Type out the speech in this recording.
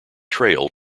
trail